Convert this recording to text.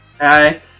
Hi